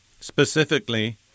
specifically